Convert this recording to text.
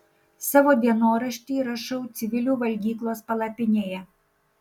savo dienoraštį rašau civilių valgyklos palapinėje